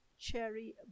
cherry